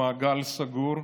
במעגל סגור,